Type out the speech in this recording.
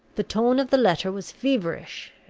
the tone of the letter was feverish,